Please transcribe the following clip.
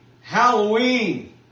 Halloween